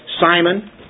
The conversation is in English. Simon